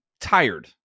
tired